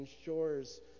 ensures